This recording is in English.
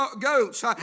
goats